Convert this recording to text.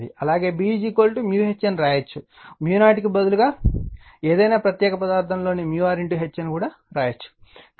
అలాగే B H అని వ్రాయవచ్చు 0 కి బదులుగా ఏదైనా ప్రత్యేకమైన పదార్థంలో r H అని వ్రాయవచ్చు